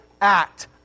act